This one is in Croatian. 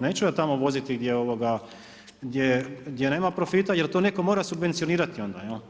Neću ja tamo voziti gdje nema profita jer to netko mora subvencionirati onda